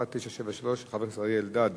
ו-1973 של חבר הכנסת אריה אלדד: